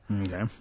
okay